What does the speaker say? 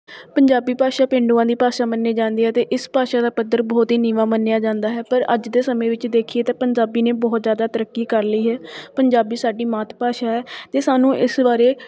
ਪੰਜਾਬੀ ਭਾਸ਼ਾ ਪੇਂਡੂਆਂ ਦੀ ਭਾਸ਼ਾ ਮੰਨੀ ਜਾਂਦੀ ਹੈ ਅਤੇ ਇਸ ਭਾਸ਼ਾ ਦਾ ਪੱਧਰ ਬਹੁਤ ਹੀ ਨੀਵਾਂ ਮੰਨਿਆ ਜਾਂਦਾ ਹੈ ਪਰ ਅੱਜ ਦੇ ਸਮੇਂ ਵਿੱਚ ਦੇਖੀਏ ਤਾਂ ਪੰਜਾਬੀ ਨੇ ਬਹੁਤ ਜ਼ਿਆਦਾ ਤਰੱਕੀ ਕਰ ਲਈ ਹੈ ਪੰਜਾਬੀ ਸਾਡੀ ਮਾਤ ਭਾਸ਼ਾ ਹੈ ਅਤੇ ਸਾਨੂੰ ਇਸ ਬਾਰੇ